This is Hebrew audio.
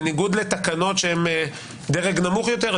בניגוד לתקנות שהן דרג נמוך יותר,